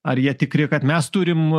ar jie tikri kad mes turim